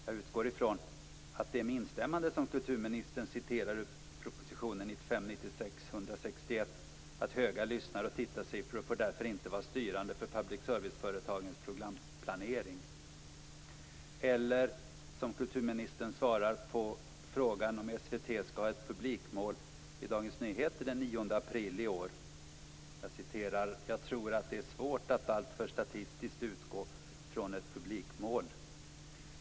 Jag utgår ifrån att det är med instämmande som kulturministern citerar ur propositionen 1995/96:161 att "Höga lyssnar och tittarsiffror får därför inte vara styrande för public service-företagens programplanering." Eller är det så som kulturministern svarar på frågan om ifall SVT skall ha ett publikmål i Dagens Nyheter den 9 april i år? Jag citerar: "Jag tror att det är svårt att alltför statistiskt utgå från ett publikmål."